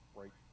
right